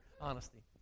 honesty